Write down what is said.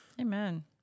Amen